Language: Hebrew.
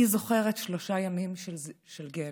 אני זוכרת שלושה ימים של גיהינום.